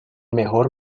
mejor